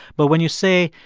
but when you say,